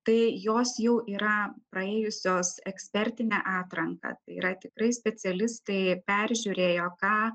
tai jos jau yra praėjusios ekspertinę atranką yra tikrai specialistai peržiūrėjo ką